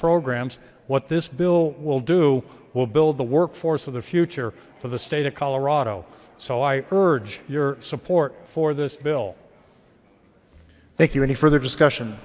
programs what this bill will do will build the workforce of the future for the state of colorado so i urge your support for this bill thank you any further discussion